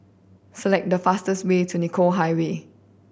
select the fastest way to Nicoll Highway